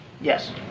Yes